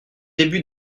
débuts